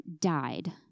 died